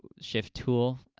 shift tool,